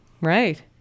Right